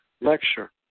lecture